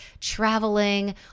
traveling